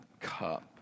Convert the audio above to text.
cup